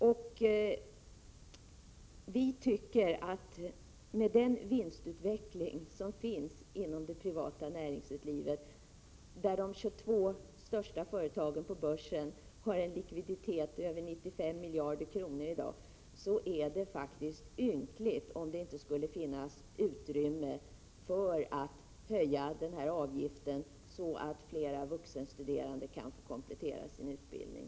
Med hänsyn till vinstutvecklingen inom det privata näringslivet, där de 22 största företagen på börsen har en likviditet på över 95 miljarder kronor i dag, tycker vi att det är ynkligt om det inte skulle finnas utrymme för att höja den här avgiften så att fler vuxenstuderande kan få komplettera sin utbildning.